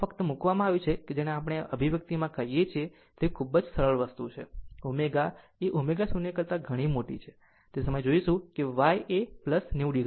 આ ફક્ત આમાં મૂકવામાં આવ્યું છે કે જેને આપણે અભિવ્યક્તિમાં કહીએ છીએ તે ખૂબ જ સરળ વસ્તુ છે અને ω એ ω0 કરતા ઘણી મોટી છે તે સમયે જોશે Y એ 90 o છે